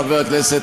חבר הכנסת,